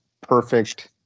perfect